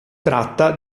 tratta